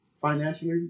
financially